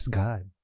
god